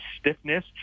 stiffness